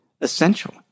essential